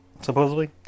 supposedly